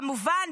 כמובן,